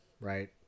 right